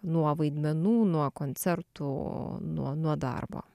nuo vaidmenų nuo koncertų nuo nuo darbo